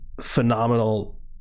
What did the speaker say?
phenomenal